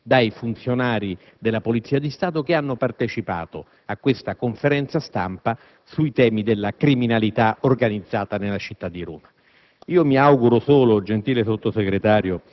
sono verità, riportate ampiamente dai funzionari della Polizia di Stato che hanno partecipato a tale conferenza stampa sui temi della criminalità organizzata nella città di Roma.